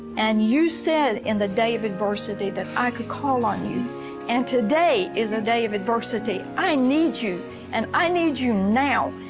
and you said in the day of adversity that i could call on you and today is a day of adversity. i need you and i need you now,